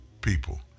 people